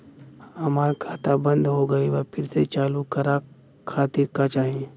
हमार खाता बंद हो गइल बा फिर से चालू करा खातिर का चाही?